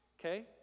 okay